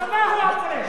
הצבא הוא הפולש,